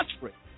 country